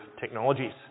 technologies